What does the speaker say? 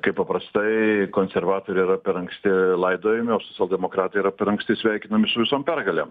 kaip paprastai konservatoriai yra per anksti laidojami o socialdemokratai yra per anksti sveikinami su visom pergalėm